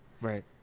Right